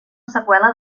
seqüela